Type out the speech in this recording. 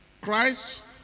Christ